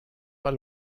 pas